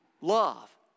love